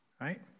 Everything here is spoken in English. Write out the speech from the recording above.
right